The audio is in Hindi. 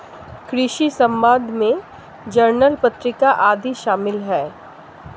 कृषि समवाद में जर्नल पत्रिका आदि शामिल हैं